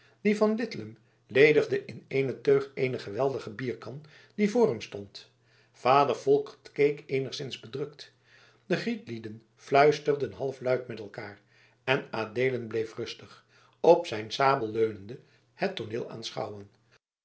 die van lidlum ledigde in eene teug eene geweldige bierkan die voor hem stond vader volkert keek eenigszins bedrukt de grietlieden fluisterden halfluid met elkaar en adeelen bleef rustig op zijn sabel leunende het tooneel aanschouwen